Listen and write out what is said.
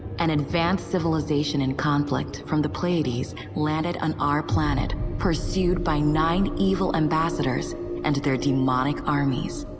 an advanced civilization in conflict from the pleiades landed on our planet pursued by nine evil ambassadors and their demonic armies.